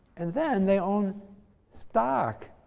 and then, they own stock.